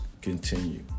continue